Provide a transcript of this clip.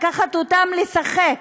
לקחת אותם לשחק,